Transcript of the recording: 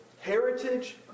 heritage